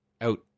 out